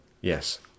Yes